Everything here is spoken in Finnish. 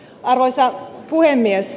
arvoisa puhemies